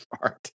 Art